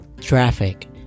traffic